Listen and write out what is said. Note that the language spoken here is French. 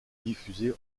diffusée